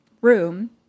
room